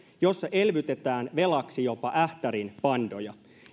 jossa elvytetään velaksi jopa ähtärin pandoja